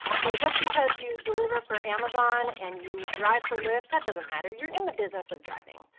so just because you deliver for amazon and you drive for lyft, that doesn't matter, you're in the business of driving.